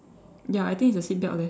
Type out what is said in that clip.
ya I think it's the seatbelt leh